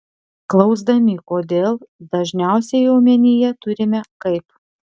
klausdami kodėl dažniausiai omenyje turime kaip